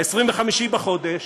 ב-25 בחודש,